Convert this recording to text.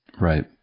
Right